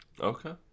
Okay